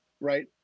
right